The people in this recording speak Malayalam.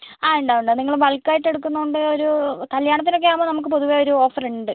ആ ഉണ്ടാവും ഉണ്ടാവും നിങ്ങള് ബൾക്കായിട്ട് എടുക്കുന്നത് കൊണ്ട് ഒരു കല്യാണത്തിനൊക്കെ ആകുമ്പോൾ നമുക്ക് പൊതുവെ ഒരു ഓഫറുണ്ട്